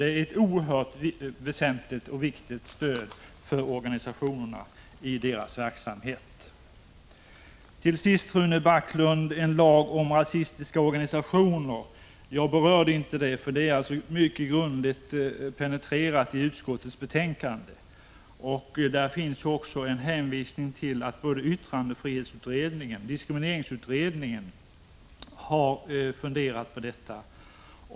Det är ett stöd som är oerhört väsentligt för organisationerna i deras verksamhet. Till sist, Rune Backlund, några ord beträffande en lag om rasistiska organisationer. Jag berörde inte den frågan, som ju är mycket grundligt penetrerad i utskottets betänkande. Där finns också en hänvisning till att både yttrandefrihetsutredningen och diskrimineringsutredningen har funderat på detta.